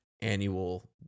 annual